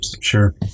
Sure